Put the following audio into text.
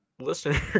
listener